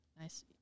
Nice